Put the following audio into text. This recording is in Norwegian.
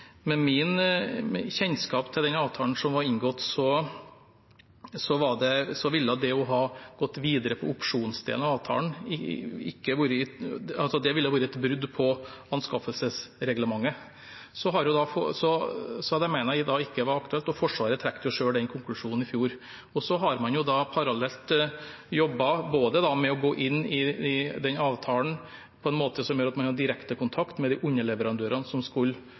kjennskap til den avtalen som var inngått, så ville det å ha gått videre på opsjonsdelen av avtalen vært et brudd på anskaffelsesreglementet. Så det mener jeg ikke var aktuelt, og Forsvaret trakk jo selv den konklusjonen i fjor. Så har man parallelt jobbet både med å gå inn i den avtalen på en måte som gjør at man har direkte kontakt med de underleverandørene som